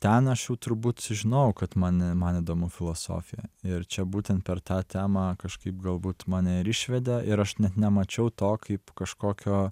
ten aš jau turbūt žinojau kad man man įdomu filosofija ir čia būtent per tą temą kažkaip galbūt mane ir išvedė ir aš net nemačiau to kaip kažkokio